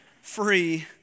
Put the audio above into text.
free